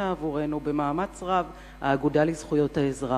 עבורנו במאמץ רב האגודה לזכויות האזרח,